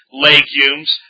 legumes